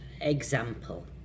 example